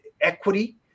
equity